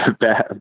bad